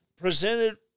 presented